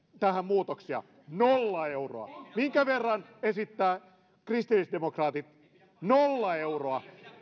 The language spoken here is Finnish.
tähän muutoksia nolla euroa minkä verran esittää kristillisdemokraatit nolla euroa